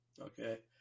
okay